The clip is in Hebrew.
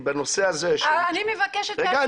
בנושא הזה --- אני מבקשת להשלים את הדברים --- רגע,